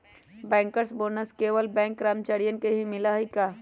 Bankers bonus केवल bank कर्मचारियन के ही मिला हई का?